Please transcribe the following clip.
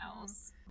else